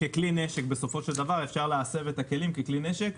ככלי נשק כי אפשר להסב את הכלים ככלי נשק.